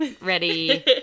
Ready